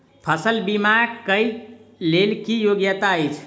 फसल बीमा केँ लेल की योग्यता अछि?